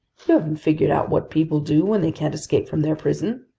you haven't figured out what people do when they can't escape from their prison?